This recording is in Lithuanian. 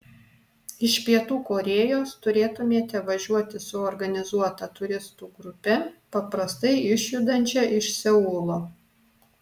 iš pietų korėjos turėtumėte važiuoti su organizuota turistų grupe paprastai išjudančia iš seulo